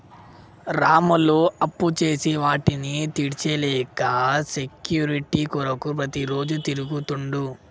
రాములు అప్పుచేసి వాటిని తీర్చలేక సెక్యూరిటీ కొరకు ప్రతిరోజు తిరుగుతుండు